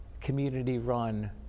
community-run